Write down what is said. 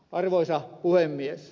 arvoisa puhemies